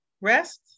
rest